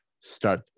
start